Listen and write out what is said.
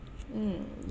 mm